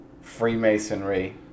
Freemasonry